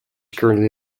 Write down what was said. currently